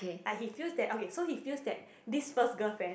like he feels that okay so he feels that this first girlfriend